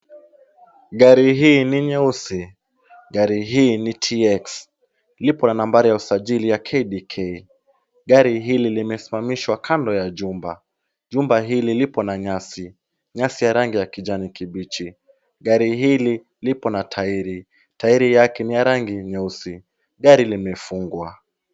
Gari hii ni nyeusi. Gari hii ni TX. Lipo na nambari ya usajili ya KDK. Gari hili limesimamishwa kando ya jumba. Jumba hili lipo na nyasi. Nyasi ya rangi ya kijani kibichi. Gari hili lipo na tairi. Tairi yake ni ya rangi nyeusi. Gari limefungwa.